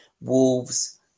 Wolves